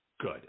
good